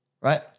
right